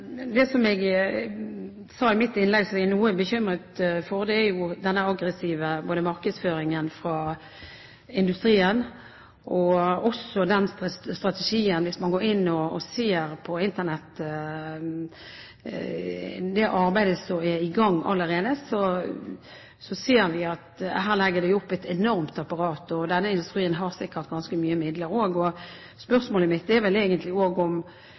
jeg nevnte i mitt innlegg at jeg er noe bekymret for, er denne aggressive markedsføringen fra industrien og strategien deres. Hvis man går inn på Internett og ser det arbeidet som er i gang allerede, ser man at her legger de opp til et enormt apparat. Denne industrien har sikkert ganske mye midler. Spørsmålet mitt er vel egentlig om statsråden kan tenke seg at WHO, gjerne med Norge som pådriver, kan følge litt med og